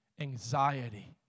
Anxiety